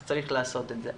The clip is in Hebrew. אז צריך לעשות זאת.